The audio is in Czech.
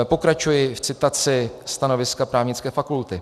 Pokračuji v citaci stanoviska Právnické fakulty.